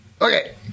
Okay